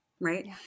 right